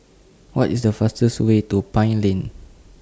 What IS The fastest Way to Pine Lane